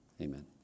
Amen